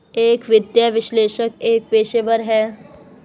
एक वित्तीय विश्लेषक एक पेशेवर है